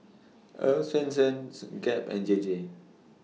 Earl's Swensens Gap and J J